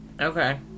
Okay